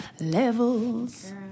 levels